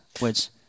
words